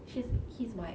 she's he's white